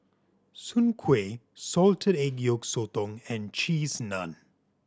soon kway salted egg yolk sotong and Cheese Naan